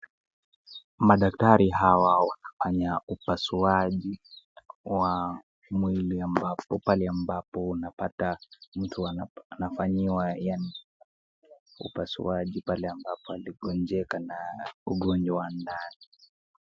Madaktari hawa wanafanya upasuaji wa mwili ambapo pahali ambapo unapata mtu anafanyiwa upasuaji pahali ambapo aligonjeka ugonjwa na ...